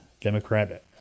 Democrat